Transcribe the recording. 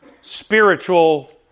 spiritual